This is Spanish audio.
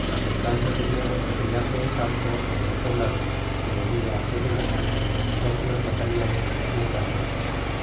mas en tanto teniamos que pelease en campo como en poblado que de dia que de noche porque los matariarnos á quien tal pensase hacer